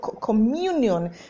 communion